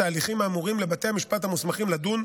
ההליכים האמורים לבתי המשפט המוסמכים לדון,